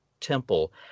temple